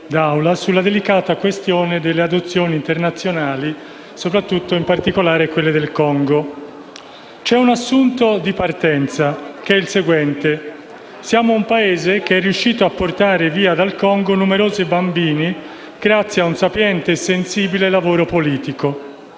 d'Aula sulla delicata questione delle adozioni internazionali, in particolare quelle del Congo. C'è un assunto di partenza ed è il seguente: siamo un Paese che è riuscito a portare via dal Congo numerosi bambini, grazie a un sapiente e sensibile lavoro politico.